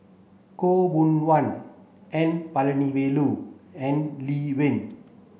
Khaw Boon Wan N Palanivelu and Lee Wen